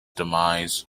demise